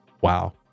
wow